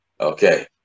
Okay